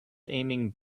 aiming